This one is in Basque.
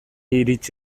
irits